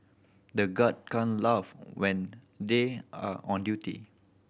the guards can't laugh when they are on duty